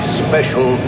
special